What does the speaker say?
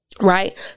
Right